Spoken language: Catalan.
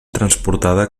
transportada